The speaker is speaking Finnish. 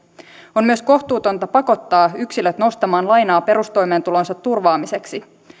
on myös kohtuutonta pakottaa yksilöt nostamaan lainaa perustoimeentulonsa turvaamiseksi